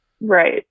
Right